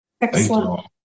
Excellent